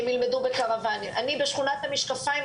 אין שום התייחסות לגבי הצורך,